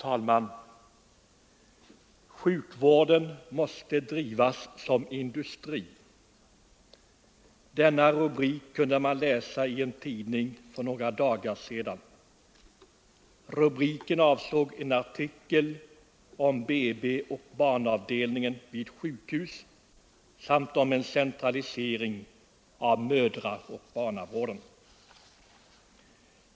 Fru talman! ”Sjukvården måste drivas som industri.” Denna rubrik kunde man läsa i en tidning för några dagar sedan. Rubriken avsåg en artikel om BB och barnavdelningarna vid sjukhus samt om en centralisering av mödraoch barnavården.